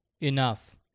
Enough